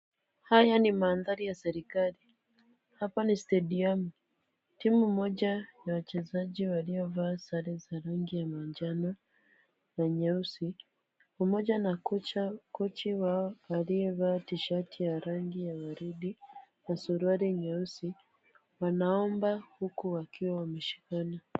Haya ni mandhari ya serikali. Hapa ni stadium . Timu moja ya wachezaji waliovaa sare za rangi ya manjano na nyeusi pamoja na kocha wao aliyevaa t-shirt ya rangi ya waridi na suruali nyeusi wanaimba huku wakiwa wameshikana.